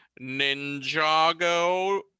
Ninjago